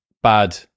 bad